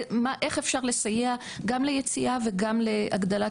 איך אפשר לסייע גם ליציאה וגם להגדלת